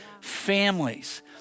families